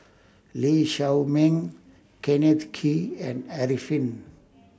Lee Shao Meng Kenneth Kee and Arifin